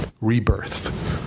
rebirth